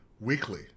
weekly